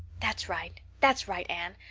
that's right that's right, anne.